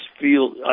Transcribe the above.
feel